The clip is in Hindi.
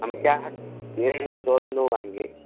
हम क्या है चौदह लोग आएंगे